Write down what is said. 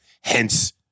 hence